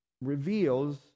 reveals